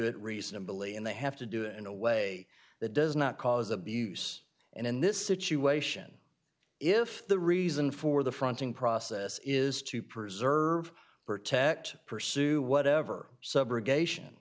it reasonably and they have to do it in a way that does not cause abuse and in this situation if the reason for the fronting process is to preserve protect pursue whatever subrogation